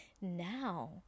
Now